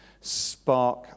spark